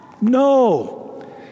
No